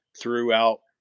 throughout